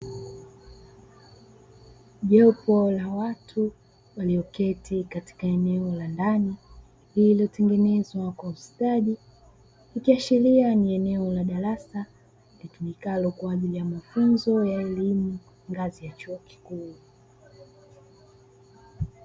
Jopo la watu walioketi katika eneo la ndani , lililotengenzwa kwa ustadi ikaishiria ni eneo la darasa litumikalo kwa ajili ya mafunzo elimu ngazi ya chuo kikuu.